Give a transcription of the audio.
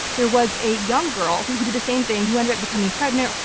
there was a young girl who who did the same thing who ended up becoming pregnant.